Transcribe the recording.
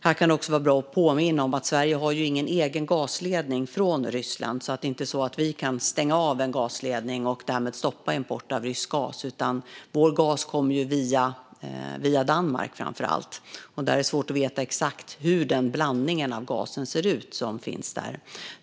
Här kan det också vara bra att påminna om att Sverige inte har någon egen gasledning från Ryssland, så det är inte så att vi kan stänga av en gasledning och därmed stoppa import av rysk gas. Vår gas kommer i stället via framför allt Danmark, och det är svårt att veta exakt hur blandningen av den gas som finns där ser ut.